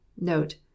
Note